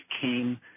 came